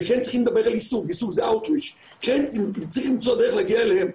וכן צריכים לדבר על יישום שזה out wish צריך למצוא דרך להגיע אליהם.